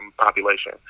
population